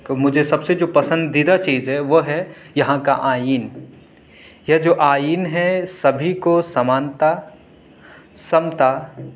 تو مجھے سب سے جو پسندیدہ چیز وہ ہے یہاں کا آئین یہ جو آئین ہے سبھی کو سمانتا سمتا